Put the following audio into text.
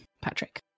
Patrick